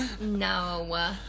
No